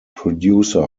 producer